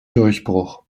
durchbruch